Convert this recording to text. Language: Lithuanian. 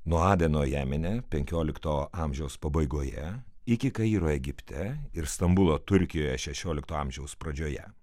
nuo adeno jaminė penkiolikto amžiaus pabaigoje iki kairo egipte ir stambulo turkijoje šešiolikto amžiaus pradžioje